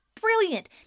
brilliant